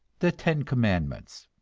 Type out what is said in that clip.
the ten commandments.